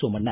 Somanna